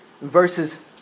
Verses